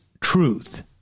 truth